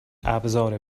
ابزار